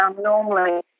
normally